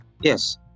yes